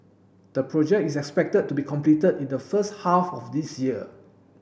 the project is expected to be completed in the first half of this year